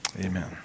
Amen